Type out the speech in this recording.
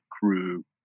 crew